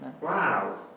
Wow